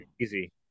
easy